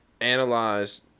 analyze